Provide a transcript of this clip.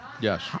Yes